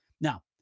Now